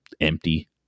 empty